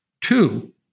Two